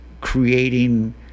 creating